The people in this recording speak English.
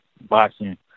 boxing